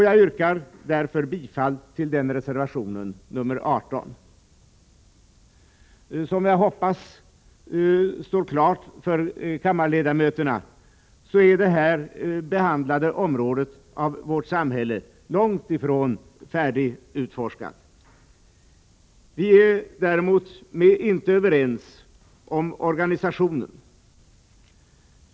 Jag yrkar således bifall till reservation nr 18. Som jag hoppas står klart för kammarledamöterna är det här behandlade området inom vårt samhälle långt ifrån färdigutforskat. Vi är emellertid inte överens om organisationen.